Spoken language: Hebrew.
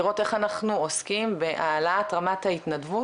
לראות איך אנחנו עוסקים בהעלאת רמת ההתנדבות